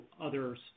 others